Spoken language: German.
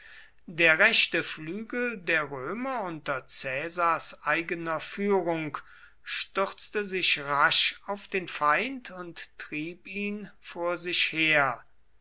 der rechte flügel der römer unter caesars eigener führung stürzte sich rasch auf den feind und trieb ihn vor sich her